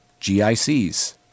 GICs